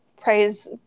praise